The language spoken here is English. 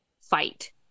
fight